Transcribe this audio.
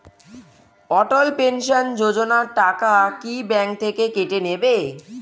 অটল pension Yojana টাকা কি bank থেকে কেটে নেবে?